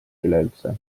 üleüldse